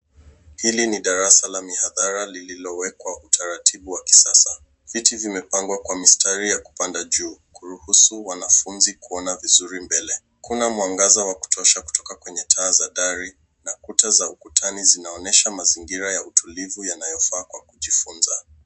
Hili ni darasa la mihadhara lililowekwa taratibu wa kisasa. Viti vimepagwa kwa mistari ya kupanda juu kuruhusu wanafunzi kuona vizuri mbele kuna mwagaza wa kutosha kutoka kwenye taa za dari na kuta za ukutani zinaonyesha mazigira ya utulivu yanayofaa kwa kujifunza.